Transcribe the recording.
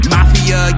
Mafia